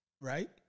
right